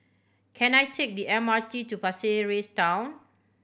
can I take the M R T to Pasir Ris Town